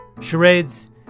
Charades